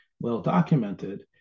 well-documented